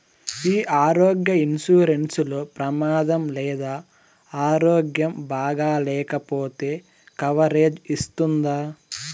ఈ ఆరోగ్య ఇన్సూరెన్సు లో ప్రమాదం లేదా ఆరోగ్యం బాగాలేకపొతే కవరేజ్ ఇస్తుందా?